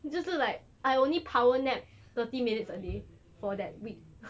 就是 like I only power nap thirty minutes a day for that week